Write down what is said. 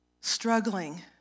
struggling